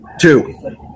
Two